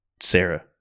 Sarah